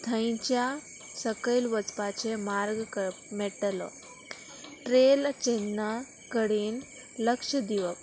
थंयच्या सकयल वचपाचें मार्ग कळ मेटलो ट्रेल चेन्ना कडेन लक्ष दिवप